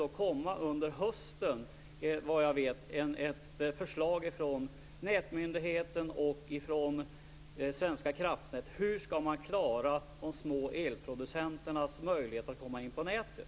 Det kommer såvitt jag vet under hösten ett förslag från nätmyndigheten och Svenska Kraftnät till hur man skall kunna klara de små elproducenternas möjligheter att komma in på nätet.